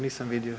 Nisam vidio.